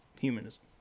humanism